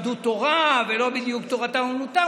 שהם לא בדיוק למדו תורה ולא בדיוק תורתם אמנותם,